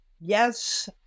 yes